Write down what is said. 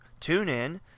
TuneIn